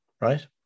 right